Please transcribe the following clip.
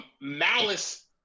malice